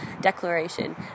declaration